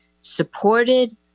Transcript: supported